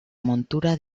montura